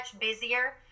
busier